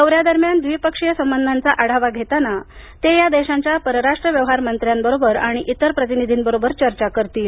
दौऱ्यादरम्यान द्विपक्षीय संबंधांचा आढावा घेताना ते या देशांच्या परराष्ट्र सचिवांबरोबर आणि इतर प्रतिनिधींबरोबर चर्चा करतील